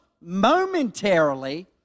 momentarily